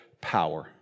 power